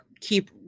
keep